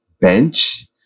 bench